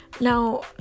now